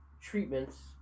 treatments